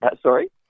sorry